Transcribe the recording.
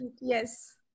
Yes